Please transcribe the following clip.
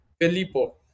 Filippo